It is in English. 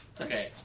Okay